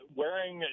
wearing